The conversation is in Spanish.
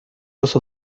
los